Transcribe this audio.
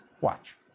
Watch